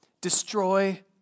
Destroy